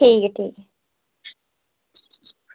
ठीक ऐ ठीक